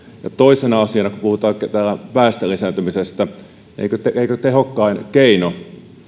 ja toisena asiana kun puhutaan täällä väestön lisääntymisestä eikö eikö tehokkain keino